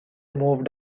moved